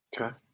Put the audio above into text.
Okay